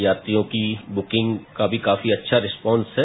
यात्रियों की बुकिंग का मी काफी अच्छा रिस्पांस है